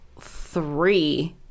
three